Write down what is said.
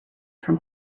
from